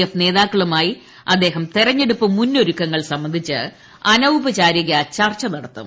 F നേതാക്കളുമായി അദ്ദേഹം തിരഞ്ഞെടുപ്പ് മുന്നൊരുക്കങ്ങൾ സംബന്ധിച്ച് അനൌപചാരിക ചർച്ച നടത്തും